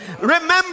Remember